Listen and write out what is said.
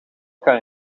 kan